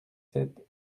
sept